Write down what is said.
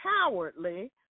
cowardly